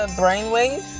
brainwave